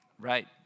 Right